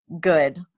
good